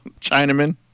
Chinaman